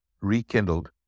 rekindled